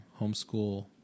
homeschool